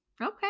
Okay